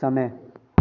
समय